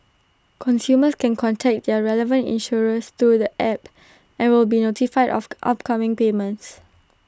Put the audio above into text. consumers can contact their relevant insurers through the app and will be notified of upcoming payments